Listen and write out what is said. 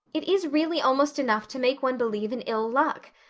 it is really almost enough to make one believe in ill-luck,